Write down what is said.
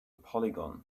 polygon